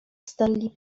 stelli